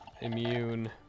Immune